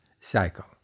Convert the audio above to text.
cycle